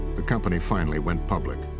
the company finally went public.